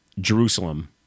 Jerusalem